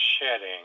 shedding